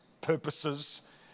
purposes